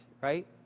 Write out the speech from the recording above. right